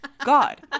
God